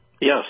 Yes